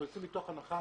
אנחנו יוצאים מתוך הנחה